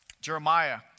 Jeremiah